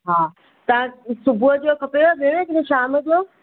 हा तव्हां सुबुह जो खपेव भेण की न शाम जो